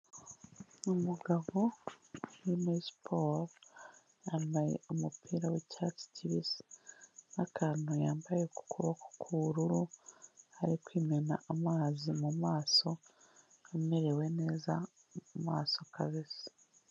Umugabo uri muri siporo yambaye umupira w'icyatsi kibisi n'akantu yambaye ku kuboko k'ubururu, ari kwimena amazi mu maso, amerewe neza mu maso kabisi.